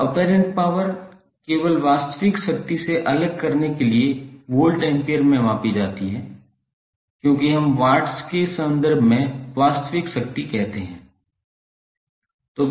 अब apparent power केवल वास्तविक शक्ति से अलग करने के लिए वोल्ट एम्पीयर में मापी जाती है क्योंकि हम वाट्स के संदर्भ में वास्तविक शक्ति कहते हैं